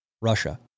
Russia